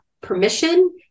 permission